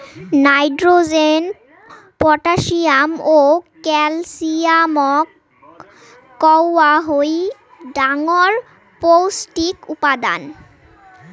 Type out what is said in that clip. nitrogen, potassium ও ক্যালসিয়ামক কওয়া হই ডাঙর পৌষ্টিক উপাদান